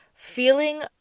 Feeling